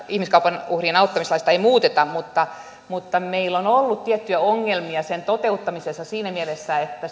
ihmiskaupan uhrien auttamislakia ei muuteta mutta mutta meillä on ollut tiettyjä ongelmia sen toteuttamisessa siinä mielessä että